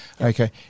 okay